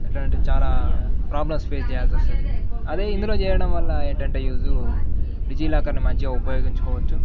ఎలాఅంటే చాలా problems face చేయాల్సి వస్తుంది అదే ఇందులో చేయడం వల్ల ఏంటంటే యూసు డిజీ లాకర్ని మంచిగా ఉపయోగించుకోవచ్చు